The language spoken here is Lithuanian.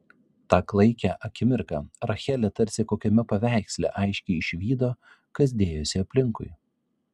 tą klaikią akimirką rachelė tarsi kokiame paveiksle aiškiai išvydo kas dėjosi aplinkui